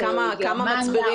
מגרמניה,